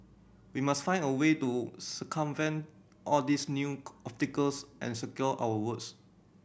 we must find a way to circumvent all these new obstacles and secure our votes